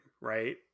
right